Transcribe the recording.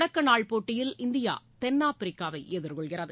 தொடக்க நாள் போட்டியில் இந்தியா தென்னாப்பிரிக்காவை எதிர்கொள்கிறது